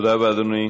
תודה רבה, אדוני.